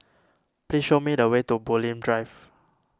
please show me the way to Bulim Drive